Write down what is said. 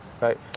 right